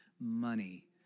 money